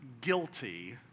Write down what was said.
guilty